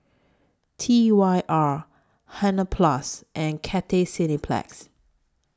T Y R Hansaplast and Cathay Cineplex